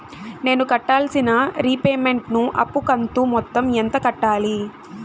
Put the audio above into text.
నేను కట్టాల్సిన రీపేమెంట్ ను అప్పు కంతు మొత్తం ఎంత కట్టాలి?